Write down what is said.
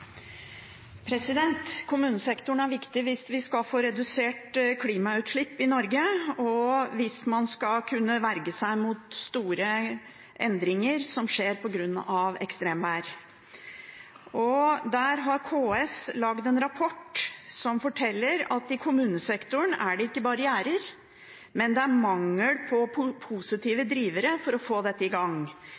Kommunesektoren er viktig hvis vi skal få redusert klimagassutslippene i Norge, og hvis man skal kunne verge seg mot store endringer som skjer på grunn av ekstremvær. KS har lagd en rapport som forteller at i kommunesektoren er det ikke barrierer, men det er mangel på positive drivere for å få dette i gang.